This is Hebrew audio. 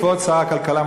כבוד שר הכלכלה,